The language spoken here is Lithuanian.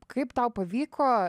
kaip tau pavyko